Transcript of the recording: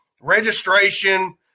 registration